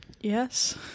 Yes